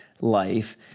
life